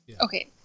Okay